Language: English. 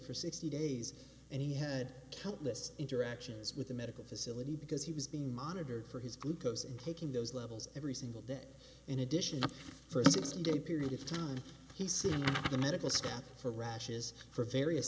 for sixty days and he had countless interactions with a medical facility because he was being monitored for his glucose and taking those levels every single day in addition for his extended period of time he sent to the medical staff for rashes for various